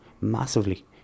massively